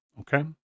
Okay